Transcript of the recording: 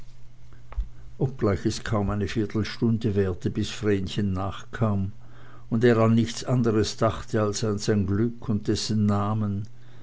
obgleich es kaum eine viertelstunde währte bis vrenchen nachkam und er an nichts anderes dachte als an sein glück und dessen namen